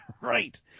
Right